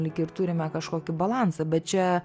lyg ir turime kažkokį balansą bet čia